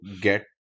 get